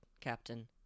Captain